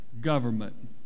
government